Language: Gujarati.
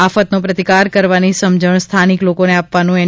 આફતનો પ્રતિકાર કરવાની સમજણ સ્થાનિક લોકોને આપવાનુ એન